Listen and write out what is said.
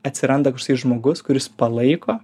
atsiranda žmogus kuris palaiko